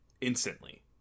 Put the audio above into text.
instantly